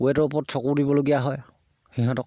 ৱেটৰ ওপৰত চকু দিবলগীয়া হয় সিহঁতক